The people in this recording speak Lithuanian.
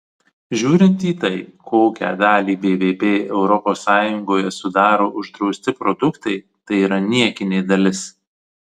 žiūrint į tai kokią dalį bvp europos sąjungoje sudaro uždrausti produktai tai yra niekinė dalis